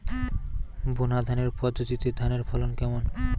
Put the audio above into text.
বুনাধানের পদ্ধতিতে ধানের ফলন কেমন?